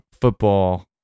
football